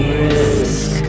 risk